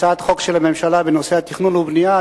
הצעת חוק של הממשלה בנושא התכנון והבנייה.